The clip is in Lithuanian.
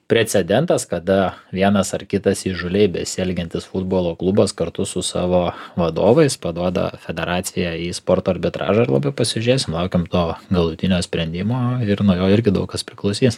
precedentas kada vienas ar kitas įžūliai besielgiantis futbolo klubas kartu su savo vadovais paduoda federaciją į sporto arbitražą ir labai pasižiūrėsim laukiam to galutinio sprendimo ir nuo jo irgi daug kas priklausys